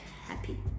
happy